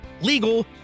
legal